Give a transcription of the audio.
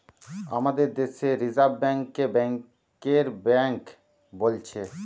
আমাদের দেশে reserve bank কে ব্যাংকের বেঙ্ক বোলছে